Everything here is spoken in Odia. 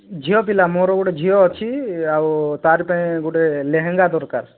ଝିଅପିଲା ମୋର ଗୋଟେ ଝିଅ ଅଛି ଆଉ ତାର ପାଇଁ ଗୋଟେ ଲେହେଙ୍ଗା ଦରକାର